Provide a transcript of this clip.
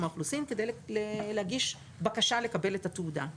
האוכלוסין כדי להגיש בקשה לקבל את התעודה,